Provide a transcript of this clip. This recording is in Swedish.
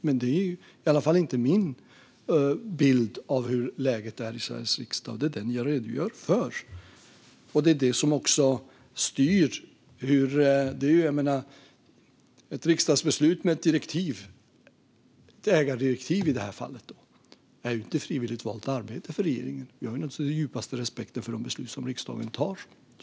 Men det är i alla fall inte min bild av hur läget är i Sveriges riksdag, och det är det som jag redogör för. Det är också det som styr. Ett riksdagsbeslut med ett direktiv - ett ägardirektiv i detta fall - är inte frivilligt valt arbete för regeringen. Vi har naturligtvis den djupaste respekt för de beslut som riksdagen tar.